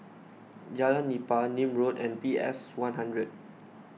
Jalan Nipah Nim Road and P S one hundred